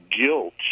guilt